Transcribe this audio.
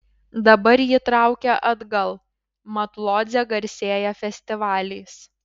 dabar jį traukia atgal mat lodzė garsėja festivaliais